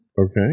Okay